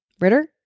Ritter